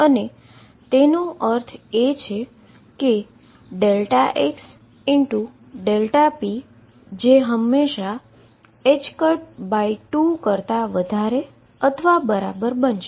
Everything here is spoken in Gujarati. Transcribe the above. તેનો અર્થ એ કે xΔp જે હંમેશાં 2 કરતા વધારે અથવા બરાબર બનશે